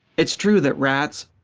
it's true that rats,